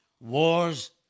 wars